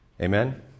Amen